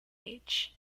age